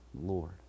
Lord